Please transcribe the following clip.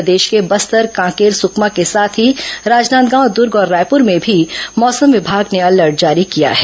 प्रदेश के बस्तर कांकेर सुकमा के साथ ही राजनांदगांव दुर्ग और रायपुर में भी मौसम विभाग ने अलर्ट जारी किया है